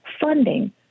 funding